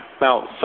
Now